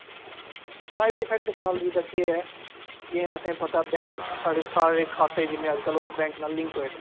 side effect technology दा केह् ऐ जि'यां असें पता बैंक साढ़े सारे खाते जि'न्ने अज्ज कल ओह् बैंक नाल लिंक होए दे